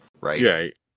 right